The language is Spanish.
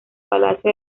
palacio